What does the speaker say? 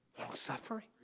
long-suffering